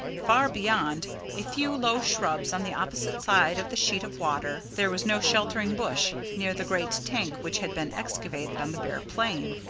for beyond a few low shrubs on the opposite side of the sheet of water, there was no sheltering bush near the great tank which had been excavated on the bare plain.